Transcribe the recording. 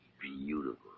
beautiful